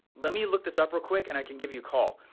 let me look this up real quick and i can give you a call.